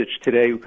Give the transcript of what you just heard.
today